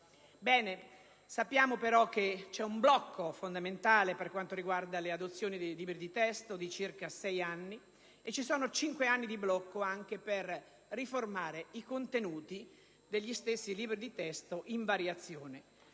Sappiamo, però, che c'è un blocco fondamentale per quanto riguarda le adozioni dei libri di testo di circa sei anni e ci sono cinque anni di blocco anche per riformare i contenuti degli stessi libri di testo in variazione.